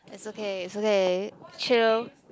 it's okay it's okay chill